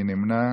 מי נמנע?